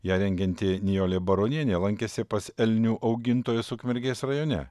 ją rengianti nijolė baronienė lankėsi pas elnių augintojus ukmergės rajone